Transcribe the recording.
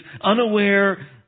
unaware